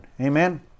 Amen